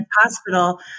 hospital